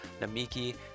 Namiki